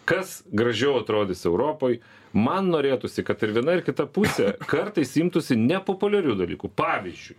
kas gražiau atrodys europoj man norėtųsi kad ir viena ir kita pusė kartais imtųsi nepopuliarių dalykų pavyzdžiui